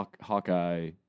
Hawkeye